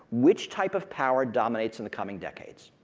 which type of power dominates in the coming decades?